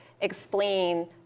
explain